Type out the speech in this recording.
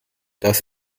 das